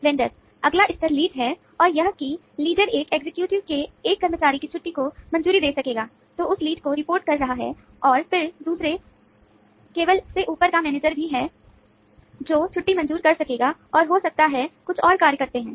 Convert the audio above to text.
vendor अगला स्तर lead भी है जो छुट्टी मंजूर कर सकेगा और हो सकता है कुछ और कार्य करते हैं